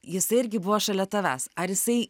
jisai irgi buvo šalia tavęs ar jisai